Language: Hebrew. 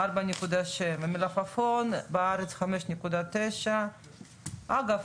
שם זה 4.6. מלפפון בארץ 5.9. אגב,